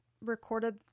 recorded